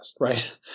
right